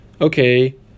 okay